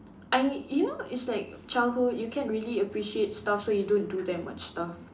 I you know it's like childhood you can't really appreciate stuff so you don't do that much stuff